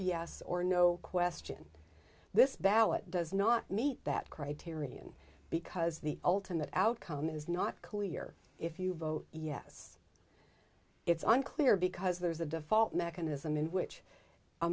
yes or no question this ballot does not meet that criterion because the ultimate outcome is not clear if you vote yes it's unclear because there's a default mechanism in which a